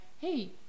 hey